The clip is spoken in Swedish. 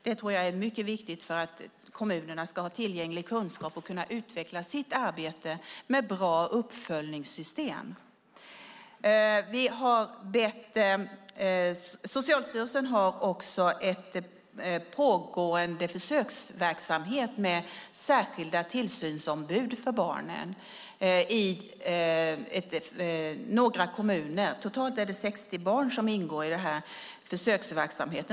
Det tror jag är mycket viktigt för att kommunerna ska ha tillgänglig kunskap och kunna utveckla sitt arbete med bra uppföljningssystem. Socialstyrelsen har också en pågående försöksverksamhet med särskilda tillsynsombud för barnen i några kommuner. Det är totalt 60 barn som ingår i denna försöksverksamhet.